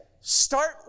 Start